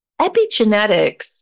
epigenetics